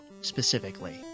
specifically